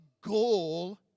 goal